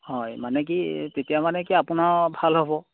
হয় মানে কি তেতিয়া মানে কি আপোনাৰ ভাল হ'ব